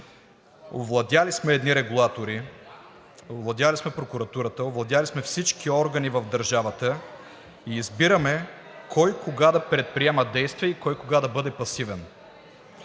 Овладели сме едни регулатори, овладели сме прокуратурата, овладели сме всички органи в държавата и избираме кой кога да предприема действия и кой кога да бъде пасивен.